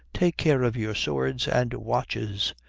take care of your swords and watches.